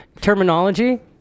terminology